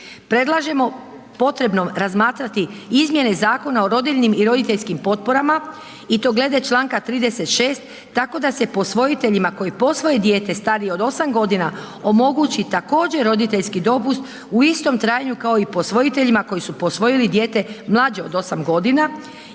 Predlažemo potrebnom razmatrati izmjene Zakona o rodiljnim i roditeljskim potporama i to glede čl. 36. tako da se posvojiteljima koji posvoje dijete starije od 8 godina omogući također roditeljski dopust u istom trajanju kao i posvojiteljima koji su posvojili dijete mlađe od 8 godina i